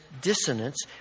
dissonance